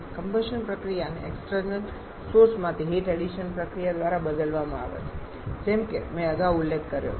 combustion પ્રક્રિયાને external સોર્સમાંથી heat addition પ્રક્રિયા દ્વારા બદલવામાં આવે છે જેમ કે મેં અગાઉ ઉલ્લેખ કર્યો છે